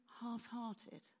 half-hearted